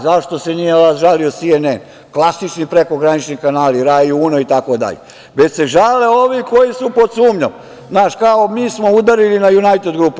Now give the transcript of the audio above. Zašto se nije žalio SNN, klasični prekogranični kanali, Rai uno itd, već se žale ovi koji su pod sumnjom, znaš, kao mi smo udarili na Junajted grupu.